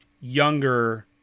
younger